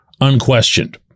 unquestioned